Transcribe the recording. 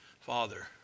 Father